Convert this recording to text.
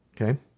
Okay